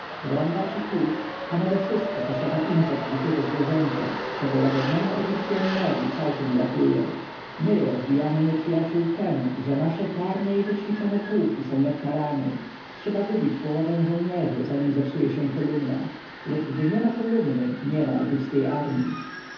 nadewszystko posiada impet dzikiego zwierzęcia czego łagodnemu egipcjaninowi całkiem brakuje my rozbijamy nieprzyjaciół tem że nasze karne i wyćwiczone pułki są jak tarany trzeba wybić połowę żołnierzy nim zepsuje się kolumna lecz gdy niema kolumny niema i egipskiej armji